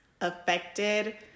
affected